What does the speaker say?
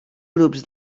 grups